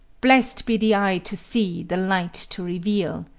blessed be the eye to see, the light to reveal.